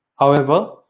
however,